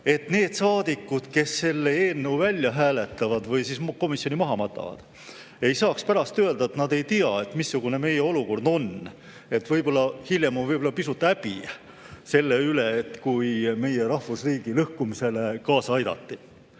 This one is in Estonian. et need saadikud, kes selle eelnõu välja hääletavad või siis komisjoni maha matavad, ei saaks pärast öelda, et nad ei tea, missugune meie olukord on. Võib-olla hiljem on pisut häbi, kui on meie rahvusriigi lõhkumisele kaasa aidatud.